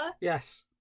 Yes